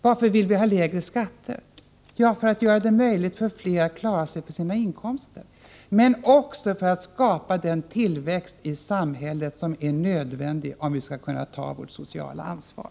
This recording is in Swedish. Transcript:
Varför vill vi ha lägre skatter? Jo, för att göra det möjligt för fler att klara sig på sina inkomster men också för att skapa den tillväxt i samhället som är nödvändig om vi skall kunna ta vårt sociala ansvar.